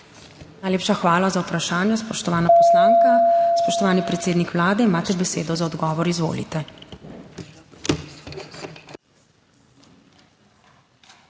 Najlepša hvala za vprašanje, spoštovana poslanka. Spoštovani predsednik Vlade, imate besedo za odgovor. Izvolite.